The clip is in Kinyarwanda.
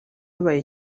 habaye